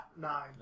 Nine